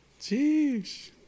Jeez